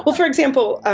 but for example, ah